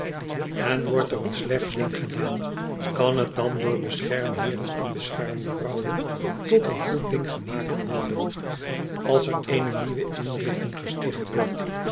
n wordt er een slecht ding gedaan kan het dan door beschermheeren en beschermvrouwen tot een goed ding gemaakt worden als er eene nieuwe inrichting gesticht wordt